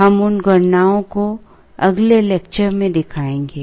हम उन गणनाओ को अगले लेक्चर में दिखाएंगे